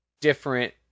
different